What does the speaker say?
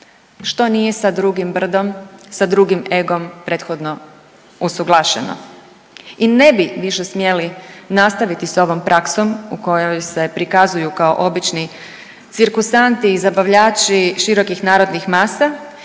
što nije sa drugim brdom i sa drugim egom prethodno usuglašeno i ne bi više smjeli nastaviti s ovom praksom u kojoj se prikazuju kao obični cirkusanti i zabavljači širokih narodnih masa